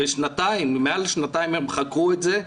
מעל שנתיים הם חקרו את זה,